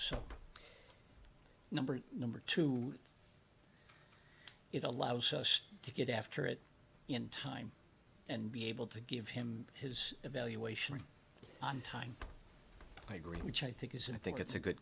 so number number two it allows us to get after it in time and be able to give him his evaluation on time i agree which i think is and i think it's a good